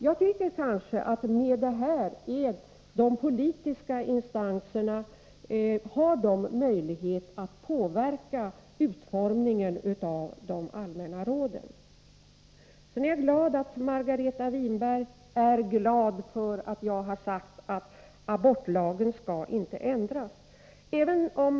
Jag tycker att man mot den bakgrunden kan säga att de politiska instanserna har möjlighet att påverka utformningen av de allmänna råden. Jag är glad över att Margareta Winberg tycker det är positivt att jag har uttalat att abortlagen inte skall ändras.